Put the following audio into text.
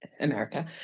America